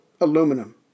aluminum